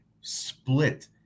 split